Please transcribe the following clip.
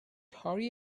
hurry